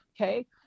Okay